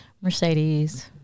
Mercedes